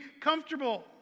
comfortable